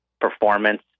performance